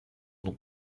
nom